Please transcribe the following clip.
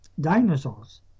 dinosaurs